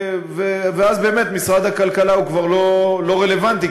ואז באמת משרד הכלכלה הוא כבר לא רלוונטי,